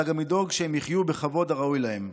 אלא גם לדאוג שהם יחיו בכבוד הראוי להם.